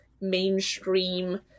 mainstream